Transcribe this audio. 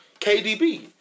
KDB